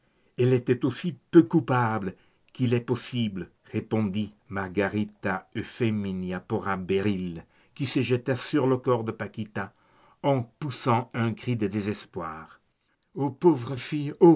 elle était aussi peu coupable qu'il est possible reprit margarita euphémia porrabéril qui se jeta sur le corps de paquita en poussant un cri de désespoir pauvre fille